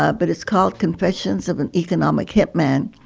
ah but it's called, confessions of an economic hit man.